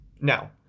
Now